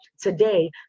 today